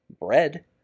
bread